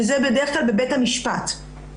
זה בדרך-כלל בבית המשפט.